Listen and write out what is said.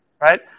right